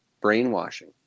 brainwashing